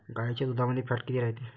गाईच्या दुधामंदी फॅट किती रायते?